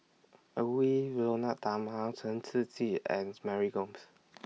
Edwy Lyonet Talma Chen Shiji and Mary Gomes